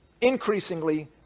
increasingly